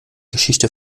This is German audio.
geschichte